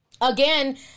Again